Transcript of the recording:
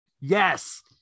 yes